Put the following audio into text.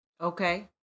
Okay